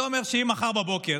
זה אומר שאם מחר בבוקר